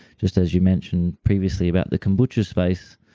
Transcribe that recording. just as you mentioned previously about the kombucha space.